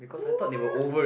what